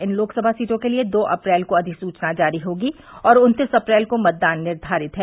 इन लोकसभा सीटो के लिए दो अप्रैल को अधिसूचना जारी होगी और उन्तीस अप्रैल को मतदान निर्धारित है